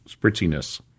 spritziness